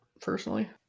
personally